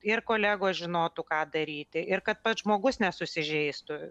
ir kolegos žinotų ką daryti ir kad pats žmogus nesusižeistų